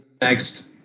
next